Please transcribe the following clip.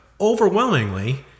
overwhelmingly